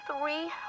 Three